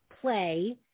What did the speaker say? play